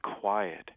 quiet